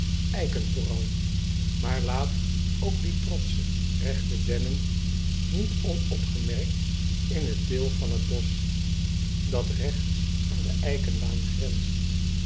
eiken vooral maar laat ook die trotsche regte dennen niet onopgemerkt in het deel van het bosch dat regts aan de eikenlaan grenst